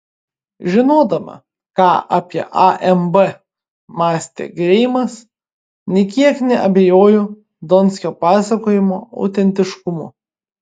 žinodama ką apie amb mąstė greimas nė kiek neabejoju donskio pasakojimo autentiškumu